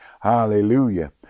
Hallelujah